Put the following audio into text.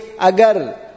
Agar